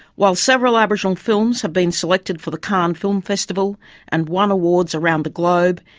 while several aboriginal films have been selected for the cannes film festival and won awards around the globe,